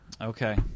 Okay